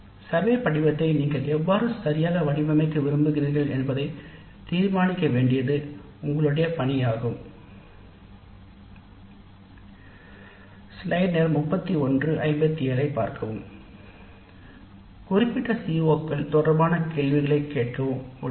கணக்கெடுப்பு படிவத்தை நீங்கள் எவ்வாறு சரியாக வடிவமைக்க விரும்புகிறீர்கள் என்பதை தீர்மானிக்க வேண்டியது உங்களுடைய பணியாகும் குறிப்பிட்ட சிஓக்கள் தொடர்பான கேள்விகளைக் கேட்கவும் முடியும்